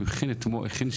הוא הכין שיעור,